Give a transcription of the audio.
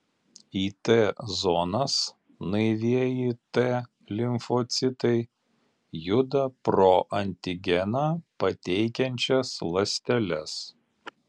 į t zonas naivieji t limfocitai juda pro antigeną pateikiančias ląsteles